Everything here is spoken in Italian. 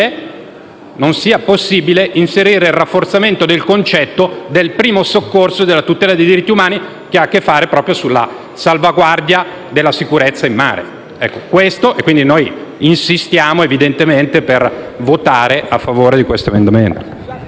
non sia possibile inserire il rafforzamento del concetto del primo soccorso e della tutela dei diritti umani, che ha a che fare proprio con la salvaguarda della sicurezza in mare. Insistiamo quindi per votare a favore di questo emendamento.